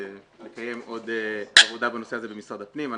לקיים עוד עבודה בנושא הזה במשרד הפנים.